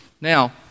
Now